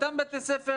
אותם בתי ספר